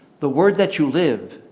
the word that you live,